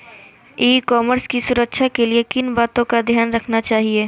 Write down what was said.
ई commerce की सुरक्षा के लिए किन बातों का ध्यान रखना चाहिए?